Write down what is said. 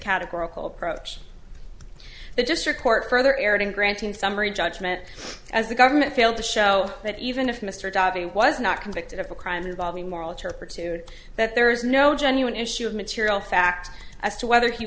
categorical approach the district court further erred in granting summary judgment as the government failed to show that even if mr dobbie was not convicted of a crime involving moral turpitude that there is no genuine issue of material fact as to whether he